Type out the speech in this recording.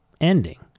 ending